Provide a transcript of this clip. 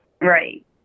Right